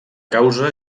causa